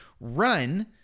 run